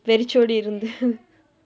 வெறிச்சோடி இருந்து:verichsoodi irundthu